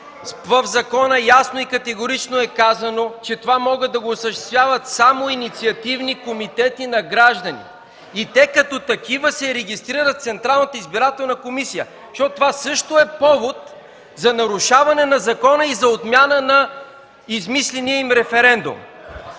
в закона ясно и категорично е казано, че това могат само инициативни комитети на граждани! И като такива те се регистрират в Централната избирателна комисия! Това също е повод за нарушаване на закона и за отмяна на измисления им референдум!